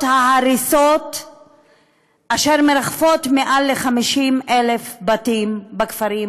ההריסות אשר מרחפות מעל 50,000 בתים בכפרים